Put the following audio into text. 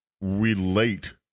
relate